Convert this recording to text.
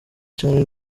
chan